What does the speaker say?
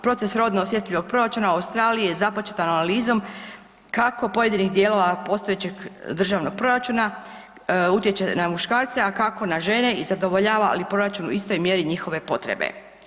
Proces rodno osjetljivog proračuna u Australiji je započeta analizom kako pojedinih dijelova postojećeg državnog proračuna utječe na muškarce, a kako na žene i zadovoljava li proračun u istoj mjeri njihove potrebe.